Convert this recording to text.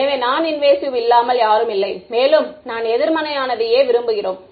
எனவே நான் இன்வேசிவ் இல்லாமல் யாரும் இல்லை மேலும் நாம் எதிர்மறையானதையே விரும்புகிறோம்